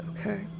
Okay